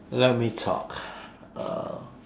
let me talk uh